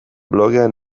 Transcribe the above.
blogean